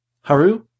Haru